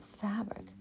fabric